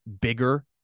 bigger